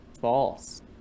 False